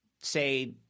say